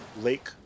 lake